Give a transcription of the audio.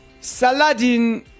saladin